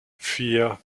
vier